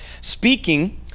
speaking